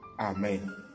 amen